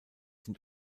sind